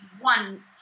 one